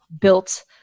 built